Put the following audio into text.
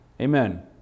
Amen